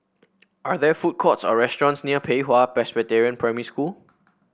are there food courts or restaurants near Pei Hwa Presbyterian Primary School